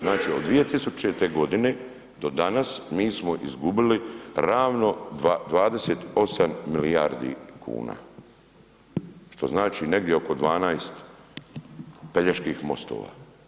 Znači od 2000. godine do danas mi smo izgubili ravno 28 milijardi kuna, što znači negdje oko 12 Peljeških mostova.